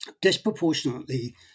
disproportionately